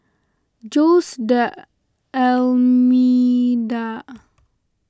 Jose D'Almeida